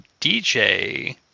DJ